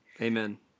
Amen